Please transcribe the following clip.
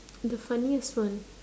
the funniest one